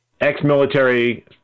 ex-military